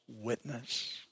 witness